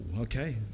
Okay